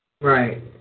Right